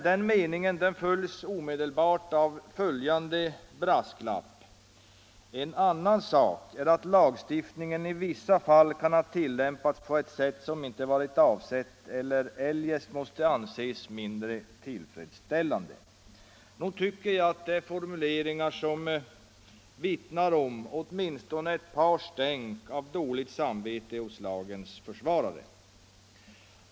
Den meningen följs dock omedelbart av en brasklapp: ”En annan sak är att lagstiftningen i vissa fall kan ha tillämpats på ett sätt som inte varit avsett eller som eljest måste anses mindre tillfredsställande —=—-=-.” Nog tycker jag att det är formuleringar som vittnar om åtminstone ett par stänk av dåligt samvete hos lagens försvarare.